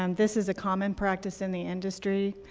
and this is a common practice in the industry.